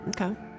okay